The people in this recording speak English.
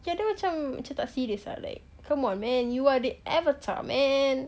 ya dia macam tak serious come on man you are the avatar man